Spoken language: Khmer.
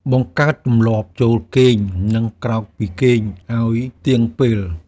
បង្កើតទម្លាប់ចូលគេង និងក្រោកពីគេងឱ្យទៀងពេល។